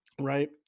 right